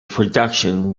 production